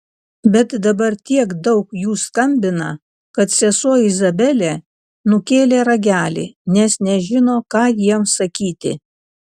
bet dabar tiek daug jų skambina kad sesuo izabelė nukėlė ragelį nes nežino ką jiems sakyti